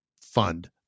fund